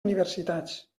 universitats